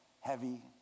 heavy